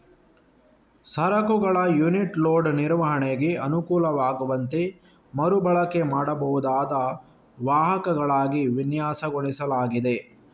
ಸರಕುಗಳ unit load ನಿರ್ವಹಣೆಗೆ ಅನುಕೂಲವಾಗುವಂತೆ ಮರು ಬಳಕೆ ಮಾಡಬಹುದಾದ ವಾಹಕಗಳಾಗಿ ವಿನ್ಯಾಸಗೊಳಿಸಲಾಗಿದೆ